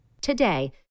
Today